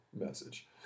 message